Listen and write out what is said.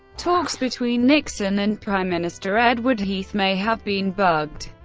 talks between nixon and prime minister edward heath may have been bugged.